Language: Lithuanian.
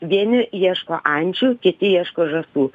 vieni ieško ančių kiti ieško žąsų